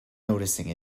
noticing